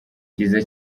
byiza